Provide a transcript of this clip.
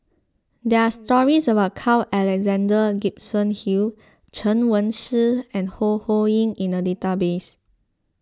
there are stories about Carl Alexander Gibson Hill Chen Wen Hsi and Ho Ho Ying in the database